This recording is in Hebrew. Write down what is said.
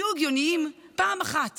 תהיו הגיוניים פעם אחת